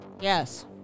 Yes